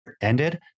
ended